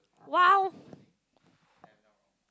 !wow!